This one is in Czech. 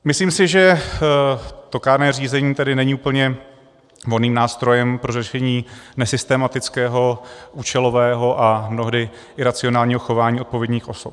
Myslím si tedy, že to kárné řízení není úplně vhodným nástrojem pro řešení nesystematického, účelového a mnohdy iracionálního chování odpovědných osob.